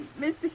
Mr